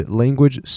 language